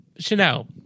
Chanel